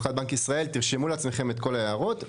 תרשמו לעצמכם את כל ההערות,